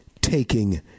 taking